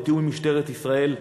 בתיאום עם משטרת ישראל,